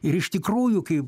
ir iš tikrųjų kaip